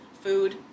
food